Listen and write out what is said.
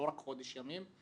לא רק חודש ימים,